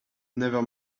never